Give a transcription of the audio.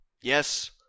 yes